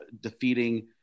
defeating